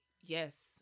Yes